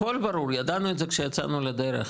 הכל ברור לי, ידענו את זה כשיצאנו לדרך.